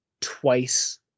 twice